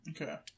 Okay